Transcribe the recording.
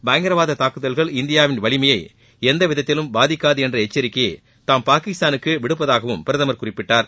பயங்கரவாத தாக்குதல்கள் இந்தியாவின் வலிமையை எந்த விதத்திலும் பாதிக்காது என்ற எச்சரிக்கையை தாம் பாகிஸ்தானுக்கு விடுப்பதாகவும் பிரதமர் குறிப்பிட்டார்